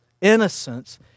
innocence